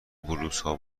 بلوزها